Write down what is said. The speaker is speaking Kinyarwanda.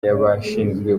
y’abashinzwe